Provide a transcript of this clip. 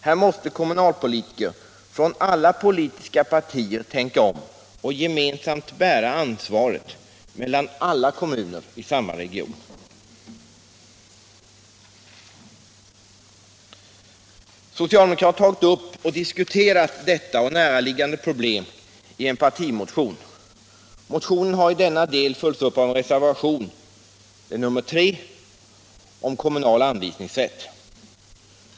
Här måste kommunalpolitiker från alla politiska partier tänka om och gemensamt bära ansvaret mellan alla kommuner i samma region. Socialdemokraterna har tagit upp och diskuterat detta och näraliggande problem i en partimotion. Motionen har i denna del följts upp av en reservation — det är reservationen 3 vid civilutskottets betänkande nr 18, och reservationen gäller kommunal anvisningsrätt.